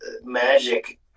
magic